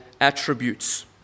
attributes